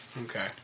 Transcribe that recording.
Okay